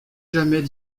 jamais